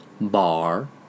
Bar